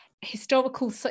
historical